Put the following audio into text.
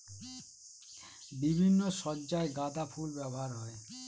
বিভিন্ন সজ্জায় গাঁদা ফুল ব্যবহার হয়